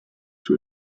zur